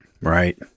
Right